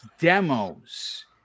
demos